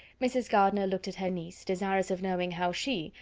mrs. gardiner looked at her niece, desirous of knowing how she,